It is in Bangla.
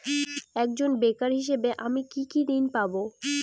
একজন বেকার হিসেবে আমি কি কি ঋণ পাব?